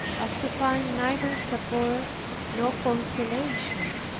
as to find neither support nor consolation.